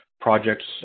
projects